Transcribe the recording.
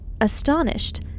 astonished